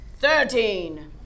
Thirteen